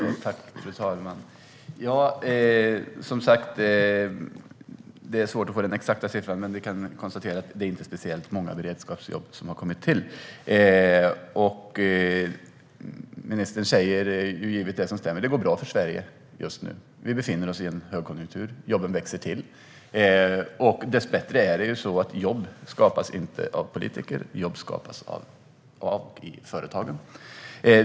Fru talman! Som sagt: Det är svårt att få den exakta siffran, men vi kan konstatera att det inte är speciellt många beredskapsjobb som har kommit till. Ministern säger som det är, att det går bra för Sverige just nu. Vi befinner oss i en högkonjunktur, och jobben växer till. Dess bättre är det så att jobb inte skapas av politiker utan av företagen.